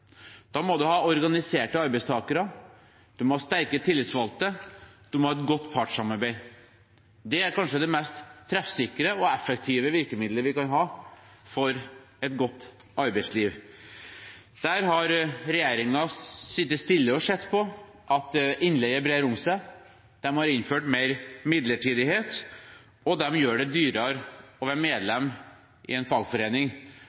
Da må man ha organiserte arbeidstakere. Man må ha sterke tillitsvalgte. Man må ha et godt partssamarbeid. Det er kanskje det mest treffsikre og effektive virkemiddelet vi kan ha for et godt arbeidsliv. Regjeringen har sittet stille og sett på at bruken av innleie brer om seg. De har innført mer midlertidighet, og de gjør det dyrere å være medlem i en fagforening